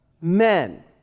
men